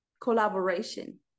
collaboration